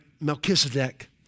Melchizedek